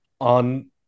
on